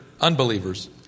unbelievers